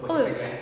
!oi!